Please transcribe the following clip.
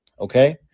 okay